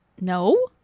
No